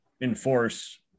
enforce